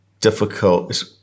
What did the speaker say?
difficult